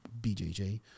BJJ